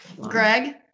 greg